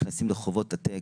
נכנסים לחובות עתק,